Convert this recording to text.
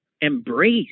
embrace